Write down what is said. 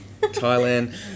Thailand